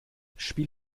spiel